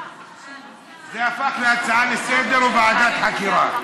הפך להצעה לסדר-היום או ועדת חקירה?